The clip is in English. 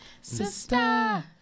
Sister